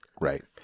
Right